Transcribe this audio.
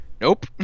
Nope